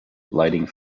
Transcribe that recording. lighting